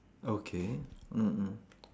okay mm mm